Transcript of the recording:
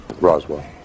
Roswell